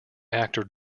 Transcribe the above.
actor